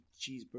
cheeseburger